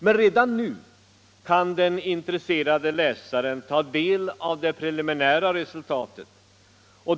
Men redan nu kan den intresserade läsaren ta del av det preliminära resultatet.